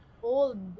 old